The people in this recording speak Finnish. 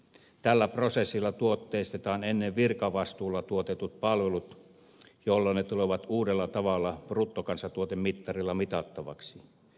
tällä prosessilla tuotteistetaan ennen virkavastuulla tuotetut palvelut jolloin ne tulevat uudella tavalla bruttokansantuotemittarilla mitattavaksi